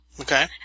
Okay